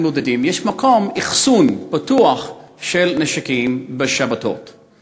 בודדים יש מקום אחסון בטוח של נשק בשבתות,